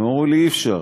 הם אמרו לי: אי-אפשר.